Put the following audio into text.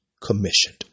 commissioned